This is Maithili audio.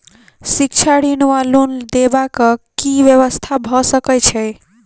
शिक्षा ऋण वा लोन देबाक की व्यवस्था भऽ सकै छै?